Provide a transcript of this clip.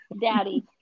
daddy